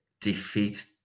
defeat